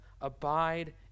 abide